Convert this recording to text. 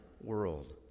world